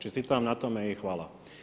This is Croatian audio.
Čestitam vam na tome i hvala.